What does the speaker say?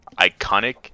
iconic